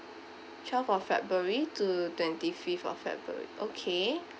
twelfth of february to twenty fifth of february okay